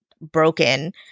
broken